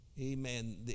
amen